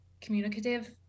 communicative